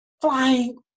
flying